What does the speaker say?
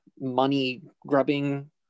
money-grubbing